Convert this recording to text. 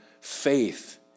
faith